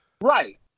Right